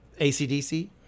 ACDC